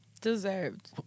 Deserved